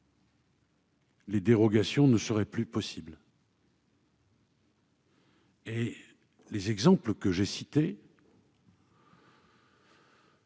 les dérogations ne seraient plus possibles. Les exemples que j'ai cités,